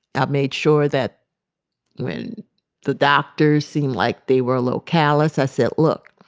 i've made sure that when the doctors seemed like they were a little callous, i said, look.